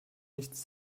nichts